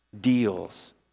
deals